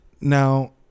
Now